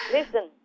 Listen